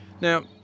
Now